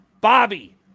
bobby